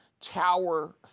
Tower